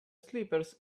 slippers